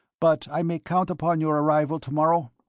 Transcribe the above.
but i may count upon your arrival tomorrow?